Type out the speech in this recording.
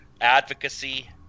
advocacy